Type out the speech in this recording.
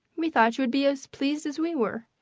we thought you would be as pleased as we were.